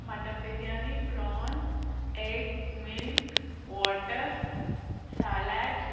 mutton biryani prawns egg milk water salads